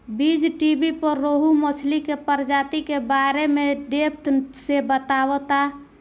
बीज़टीवी पर रोहु मछली के प्रजाति के बारे में डेप्थ से बतावता